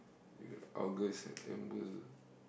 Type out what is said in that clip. August September